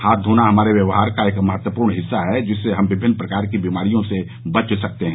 हाथ धोना हमारे व्यवहार का एक महत्वपूर्ण हिस्सा है जिससे हम विमिन्न प्रकार की बीमारियों से बच सकते हैं